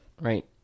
Right